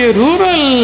rural